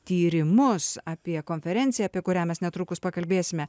tyrimus apie konferenciją apie kurią mes netrukus pakalbėsime